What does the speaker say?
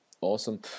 Awesome